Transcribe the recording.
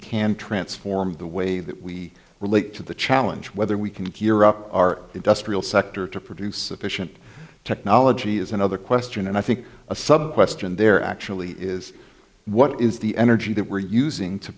can transform the way that we relate to the challenge whether we can gear up our industrial sector to produce efficient technology is another question and i think a sub question there actually is what is the energy that we're using to